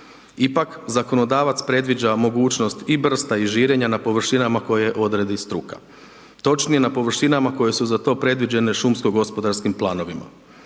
Ipak, zakonodavac predviđa mogućnost i brsta i žirenja na površinama koje odredi struka, točnije na površinama koje su za to predviđene šumsko gospodarskim planovima.